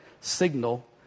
signal